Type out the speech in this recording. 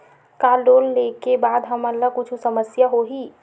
का लोन ले के बाद हमन ला कुछु समस्या होही?